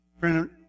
Brandon